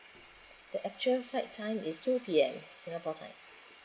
the actual flight time is two P_M singapore time